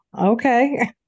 okay